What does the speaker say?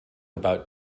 about